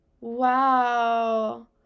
Wow